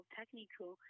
technical